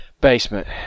basement